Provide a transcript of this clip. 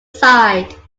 side